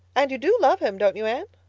and you do love him, don't you, anne?